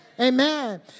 Amen